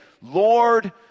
Lord